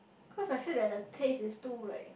cause I feel that the taste it too like